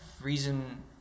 reason